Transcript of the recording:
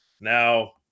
Now